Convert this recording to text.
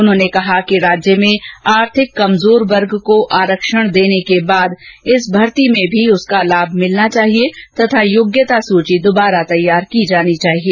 उन्होंने कहा कि राज्य में आर्थिक कमजोर वर्ग को आरक्षण देने के बाद इस भर्ती में भी उसका लाभ मिलना चाहिए तथा योग्यता सूची दुबारा तैयार की जानी चाहिए